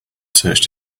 searched